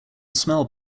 smell